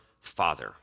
Father